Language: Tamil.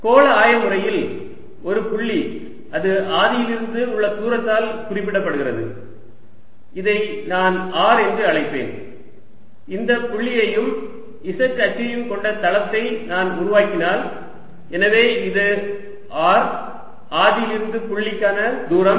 கோள ஆய முறையில் ஒரு புள்ளி அது ஆதியிலிருந்து உள்ள தூரத்தால் குறிப்பிடப்படுகிறது இதை நான் r என்று அழைப்பேன் இந்த புள்ளியையும் z அச்சையும் கொண்ட தளத்தை நான் உருவாக்கினால் எனவே இது r ஆதியிலிருந்து புள்ளிக்கான தூரம்